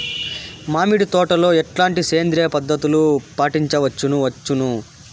మామిడి తోటలో ఎట్లాంటి సేంద్రియ పద్ధతులు పాటించవచ్చును వచ్చును?